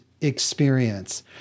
experience